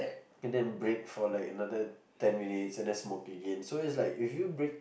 and then break for like another ten minutes and then smoking in so it's like if you break